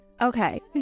Okay